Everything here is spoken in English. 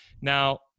Now